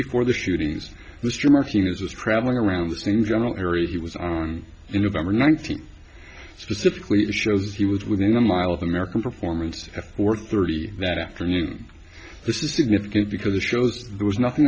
before the shootings mr martinez was traveling around the same general area he was in november nineteenth specifically to shows he was within a mile of american performance at four thirty that afternoon this is significant because it shows there was nothing